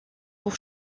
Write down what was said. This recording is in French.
pour